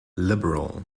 liberal